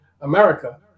America